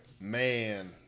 man